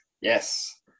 yes